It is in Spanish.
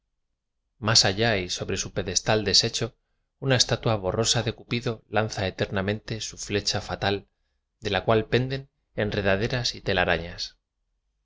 más allá y sobre su pe destal deshecho una estatua borrosa de cu pido lanza eternamente su flecha fatal de la cual penden enredaderas y telarañas